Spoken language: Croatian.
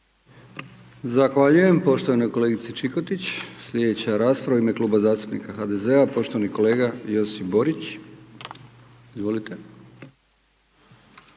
Zahvaljujem poštovana kolegice Čikotić. Sljedeća rasprava u Ime kluba zastupnika HDZ-a, poštovani kolega Josip Borić. **Borić,